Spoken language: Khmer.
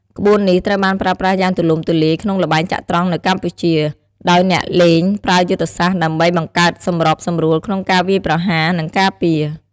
ក្បួននេះត្រូវបានប្រើប្រាស់យ៉ាងទូលំទូលាយក្នុងល្បែងចត្រង្គនៅកម្ពុជា ដោយអ្នកលេងប្រើយុទ្ធសាស្ត្រដើម្បីបង្កើតសម្របសម្រួលក្នុងការវាយប្រហារ និងការពារ។